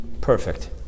perfect